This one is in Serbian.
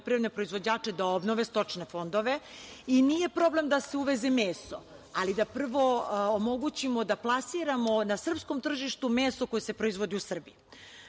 proizvođače da obnove stočne fondove. Nije problem da se uveze meso, ali da prvo omogućimo da plasiramo na srpskom tržištu meso koje se proizvodi u Srbiji.I